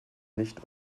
nicht